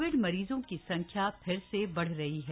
Covid मरीजों की संख्या फिर से बढ़ रही है